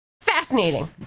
Fascinating